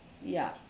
ya